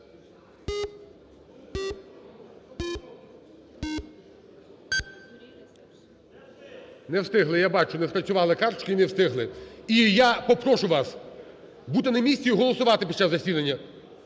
Не встигли, я бачу. Не спрацювали картки, не встигли. І я попрошу вас бути на місці і голосувати під час засідання!